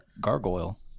gargoyle